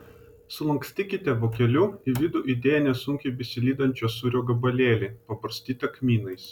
sulankstykite vokeliu į vidų įdėję nesunkiai besilydančio sūrio gabalėlį pabarstytą kmynais